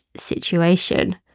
situation